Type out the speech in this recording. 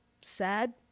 sad